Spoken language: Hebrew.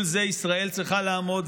מול זה ישראל צריכה לעמוד,